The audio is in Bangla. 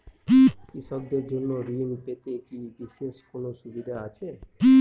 কৃষকদের জন্য ঋণ পেতে কি বিশেষ কোনো সুবিধা আছে?